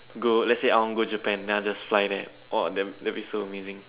go let's say I want go Japan then I'll just fly there !wow! that that'll be so amazing